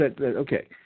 okay